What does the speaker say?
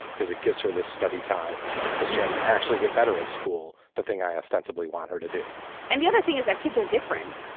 because it gives her this study time and the chance to actually get better at school the thing i ostensibly want her to do and the other thing is that kids are different.